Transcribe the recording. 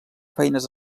feines